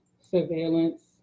surveillance